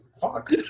Fuck